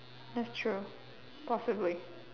that's true possibly